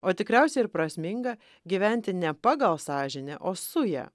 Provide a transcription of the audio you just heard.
o tikriausiai ir prasminga gyventi ne pagal sąžinę o su ja